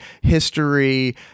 history